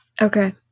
Okay